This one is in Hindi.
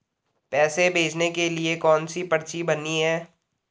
पैसे भेजने के लिए कौनसी पर्ची भरनी है?